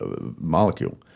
molecule